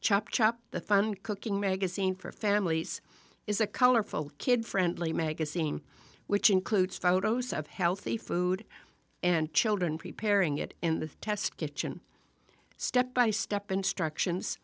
chop chop the fun cooking magazine for families is a colorful kid friendly magazine which includes photos of healthy food and children preparing it in the test kitchen step by step instructions